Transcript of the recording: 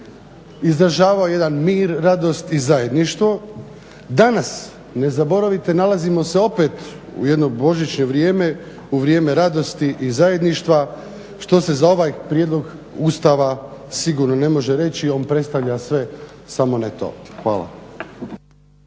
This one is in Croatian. izražavao jedan mir, radost i zajedništvo. Danas ne zaboravite nalazimo se opet u jedno božićno vrijeme, u vrijeme radosti i zajedništva što se za ovaj prijedlog Ustava sigurno ne može reći. On predstavlja sve samo ne to. Hvala.